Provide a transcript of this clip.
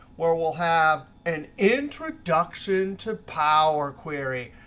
where we'll have an introduction to power query.